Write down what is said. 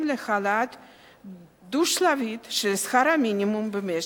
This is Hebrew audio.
להעלאה דו-שלבית של שכר המינימום במשק.